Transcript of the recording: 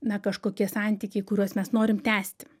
na kažkokie santykiai kuriuos mes norim tęsti